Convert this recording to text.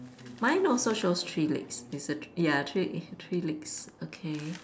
mine also shows three legs is a th~ yah three three legs okay